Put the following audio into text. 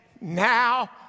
now